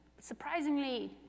surprisingly